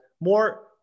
more